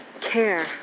care